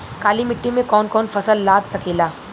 काली मिट्टी मे कौन कौन फसल लाग सकेला?